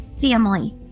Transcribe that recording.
family